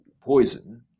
poison